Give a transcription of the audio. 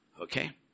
Okay